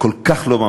שהוא כידוע גם מבקר